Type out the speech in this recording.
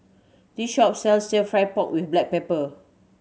this shop sells Stir Fried Pork With Black Pepper